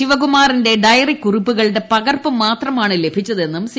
ശിവ കുമാറിന്റെ ഡയറിക്കുറുപ്പുകളുട്ട് പ്കർപ്പ് മാത്രമാണ് ലഭിച്ച തെന്നും സി